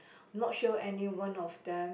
not sure anyone of them